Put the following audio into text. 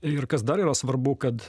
ir kas dar yra svarbu kad